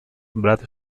brad